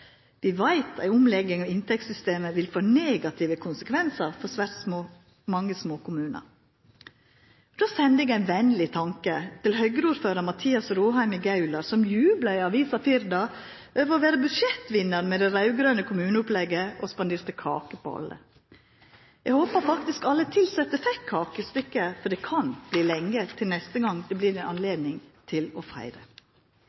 Vi veit at ei omlegging av inntektssystemet vil få negative konsekvensar for svært mange småkommunar. Då sender eg ein vennleg tanke til Høgre-ordførar Mathias Råheim i Gaular som jubla i avisa Firda over å vera budsjettvinnaren i det raud-grøne kommuneopplegget, og spanderte kake på alle. Eg håpar faktisk alle tilsette fekk kakestykke, for det kan verta lenge til neste gong det vert ei